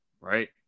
right